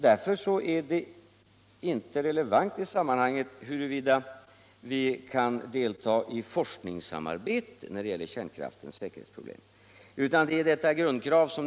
Därför är frågan, huruvida vi kan delta i forskningssamarbete rörande kärnkraftens säkerhetsproblem, inte relevant i sammanhanget.